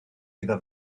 iddo